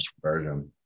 version